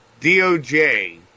DOJ